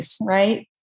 Right